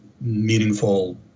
meaningful